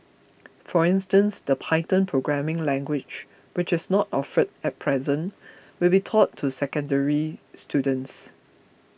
for instance the Python programming language which is not offered at present will be taught to secondary students